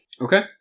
Okay